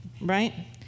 Right